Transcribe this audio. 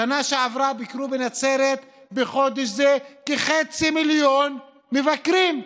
בשנה שעברה ביקרו בנצרת בחודש זה כחצי מיליון מבקרים.